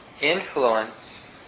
influence